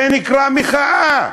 זה נקרא מחאה?